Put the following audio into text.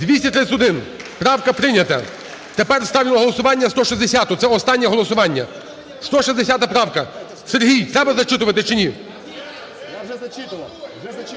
За-231 Правка прийнята. Тепер ставлю на голосування 160-у, це останнє голосування. 160 правка. Сергій, треба зачитувати чи ні?